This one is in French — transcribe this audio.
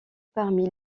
parmi